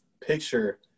picture